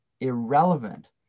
irrelevant